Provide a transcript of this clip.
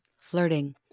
flirting